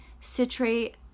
citrate